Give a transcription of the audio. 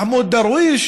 מחמוד דרוויש,